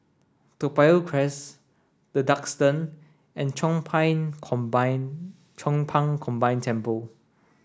Toa Payoh Crest The Duxton and Chong Pang Combine Chong Pang Combine Temple